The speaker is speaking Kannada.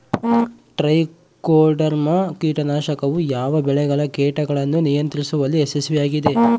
ಟ್ರೈಕೋಡರ್ಮಾ ಕೇಟನಾಶಕವು ಯಾವ ಬೆಳೆಗಳ ಕೇಟಗಳನ್ನು ನಿಯಂತ್ರಿಸುವಲ್ಲಿ ಯಶಸ್ವಿಯಾಗಿದೆ?